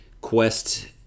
quest